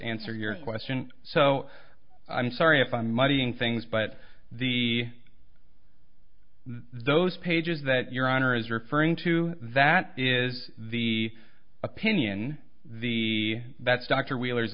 answer your question so i'm sorry if i'm muddying things but the those pages that your honor is referring to that is the opinion the that's dr wheeler